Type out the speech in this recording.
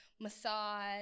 massage